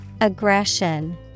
Aggression